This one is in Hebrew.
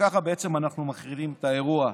וככה בעצם אנחנו מכריעים את האירוע.